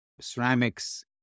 ceramics